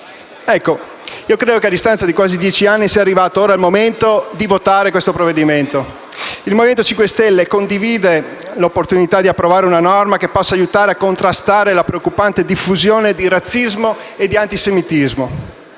fece nulla. A distanza di quasi dieci anni, credo sia arrivato il momento di votare questo provvedimento. Il Movimento 5 Stelle condivide l'opportunità di approvare una norma che possa aiutare a contrastare la preoccupante diffusione di razzismo e di antisemitismo